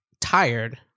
tired